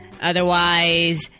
Otherwise